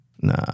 Nah